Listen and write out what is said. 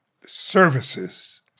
services